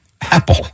Apple